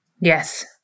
Yes